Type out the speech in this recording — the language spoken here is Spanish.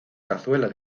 cazuela